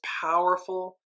powerful